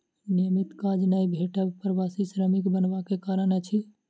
नियमित काज नै भेटब प्रवासी श्रमिक बनबा के कारण अछि